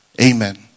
Amen